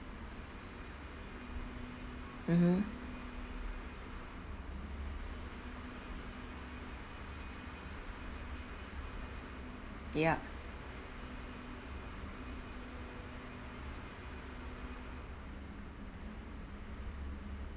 mmhmm ya